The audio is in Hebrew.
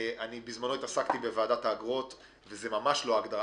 בזמנו התעסקתי בוועדת האגרות וזאת ממש לא ההגדרה.